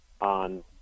on